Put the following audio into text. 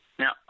Now